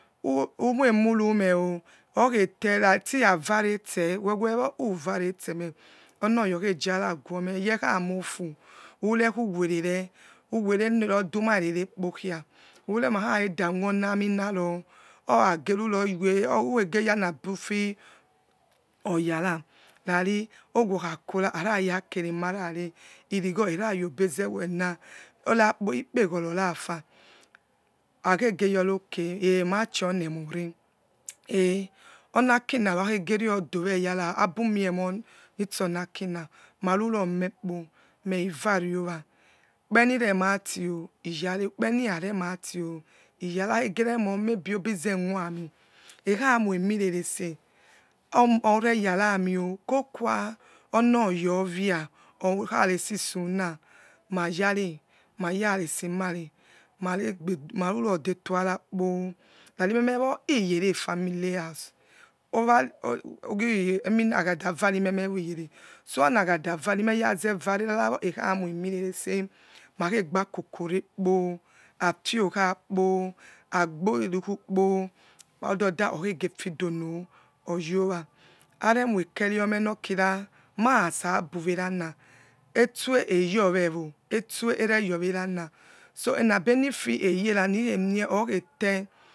Umoimurumeo ziravane ise wewewo kiamo for, i venasere me javererensé it duiónarerek poikia uriemarahaikhedamge ni oniamintuvo skaganinoe ukhegeyanaby fiayarar revoni owokhakora anarake remagine uriegho evayobirezewa eiraepo akpego nove rafa vaheseori joke, madionemere kheonisking rokbegeriodo weyers bumiemoni sinaking mararo nekpo merwoare owa ukperenirematio iysine uppe reniravemetig yarne, aregeremion maybe rebizamotami ekhanoiemire resexomore yavamio kokusanoya owia, nikharesi sung mayare maya sesie marer benegemarurodeto mara apo rani memewo yere family howe owa ujie agadaus rimemeuro iyere so onmagada riyazevare ekhenwi morenese makegba kokorekpo apwokhafo agberuku po ododa okhege fidono yowa aremos kertome nokirs marisa bymerang etso eyiwewo etso eveyowe rang so nabienifeel eyerang okhetre.